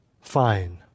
fine